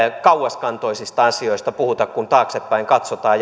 kauaskantoisista asioista puhuta kun taaksepäin katsotaan